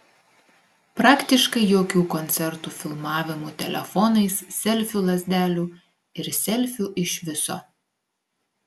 praktiškai jokių koncertų filmavimų telefonais selfių lazdelių ir selfių iš viso